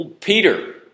Peter